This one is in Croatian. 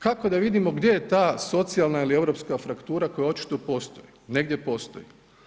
Kako da vidimo gdje je ta socijalna ili europska fraktura koja očito postoji, negdje postoji.